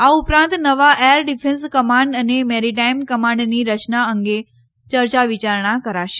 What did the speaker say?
આ ઉપરાંત નવા એર ડિફેન્સ કમાન્ડ અને મેરીટાઈમ કમાન્ડની રચના અંગે ચર્ચા વિ ચારણા કરાશે